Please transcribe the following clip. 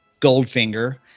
Goldfinger